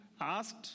asked